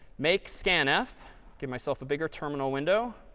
make scanf give myself a bigger terminal window